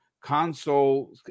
console